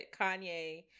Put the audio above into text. Kanye